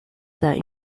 than